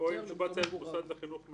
סעיף 20(ד): במוסד חינוכי